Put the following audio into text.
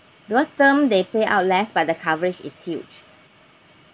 because term they pay out less but the coverage is huge